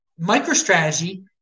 MicroStrategy